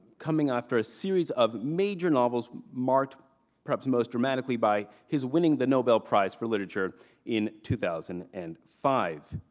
coming after a series of major novels marked perhaps most dramatically by his winning the nobel prize for literature in two thousand and five.